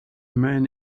man